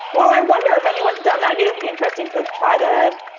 well, i wonder if anyone's done that. it'll be interesting to try to,